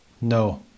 No